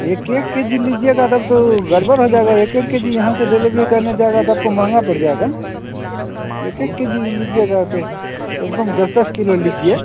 एक एक K G लीजिएगा तब तो गड़बड़ हो जाएगा एक एक के जी यहाँ से डिलिवरी करने जाएगा तो आपको महंगा पड़ जाएगा एक एक के जी लीजिएगा तो कम से कम दस दस किलो लीजिए